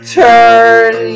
turn